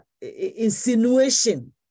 insinuation